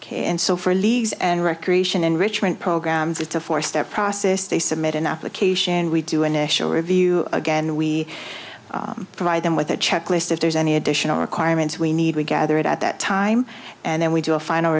ok and so for leagues and recreation enrichment programs it's a four step process they submit an application we do an initial review again we provide them with a checklist if there's any additional requirements we need to gather it at that time and then we do a final